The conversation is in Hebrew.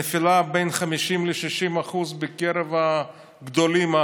נפילה בין 50% ל-60% בקרב הגדולים.